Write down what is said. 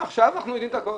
עכשיו אנחנו יודעים הכול.